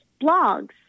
blogs